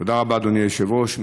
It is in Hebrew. תודה רבה, אדוני היושב-ראש.